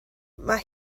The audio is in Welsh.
mae